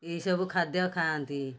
ଏହିସବୁ ଖାଦ୍ୟ ଖାଆନ୍ତି